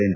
N